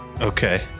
Okay